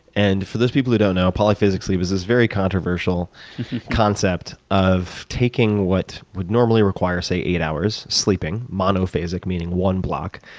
and for those people who don't know, polyphasic sleep is this very controversial concept of taking what would normally require, say, eight hours sleeping, monophasic meaning one block,